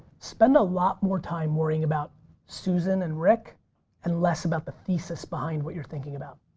spend a lot more time worrying about susan and rick and less about the thesis behind what you're thinking about.